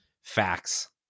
facts